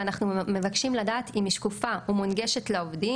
ואנחנו מבקשים לדעת אם היא שקופה או מונגשת לעובדים,